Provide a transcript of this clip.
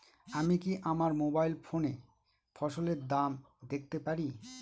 আমি কি আমার মোবাইল ফোনে ফসলের দাম দেখতে পারি?